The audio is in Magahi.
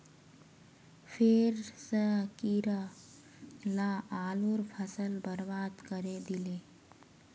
फेर स कीरा ला आलूर फसल बर्बाद करे दिले